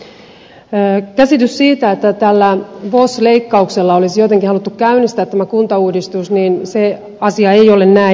vaikka oli sellainen käsitys että tällä vos leikkauksella olisi jotenkin haluttu käynnistää tämä kuntauudistus niin se asia ei ole näin